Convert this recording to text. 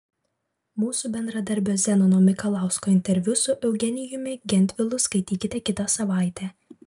mūsų bendradarbio zenono mikalausko interviu su eugenijumi gentvilu skaitykite kitą savaitę